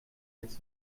jetzt